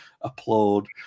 applaud